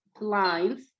lines